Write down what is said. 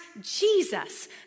Jesus